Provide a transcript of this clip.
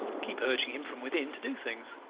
keep urging him from within to do things.